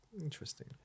Interesting